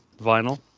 vinyl